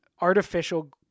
artificial